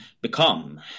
become